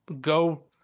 go